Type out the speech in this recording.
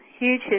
huge